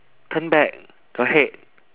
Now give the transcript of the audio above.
turn back your head